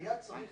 היה צריך